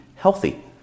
healthy